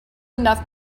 enough